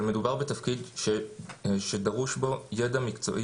אבל מדובר בתפקיד שדרוש בו ידע מקצועי